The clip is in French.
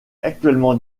actuellement